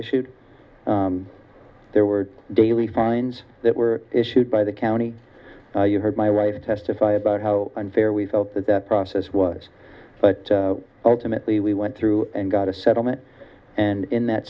issued there were daily fines that were issued by the county you heard my wife testify about how unfair we felt that that process was but ultimately we went through and got a settlement and in that